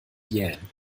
jähn